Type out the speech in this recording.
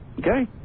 Okay